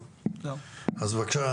בבקשה,